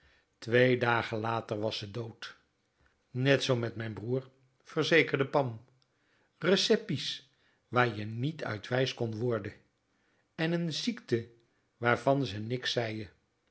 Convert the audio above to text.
twee dagen later was ze dood net zoo met mijn broer verzekerde pam receppies waar je niet uit wijs kon worde en n ziekte waarvan ze niks zeien